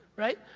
right?